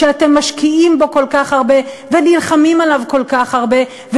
שאתם משקיעים בו כל כך הרבה,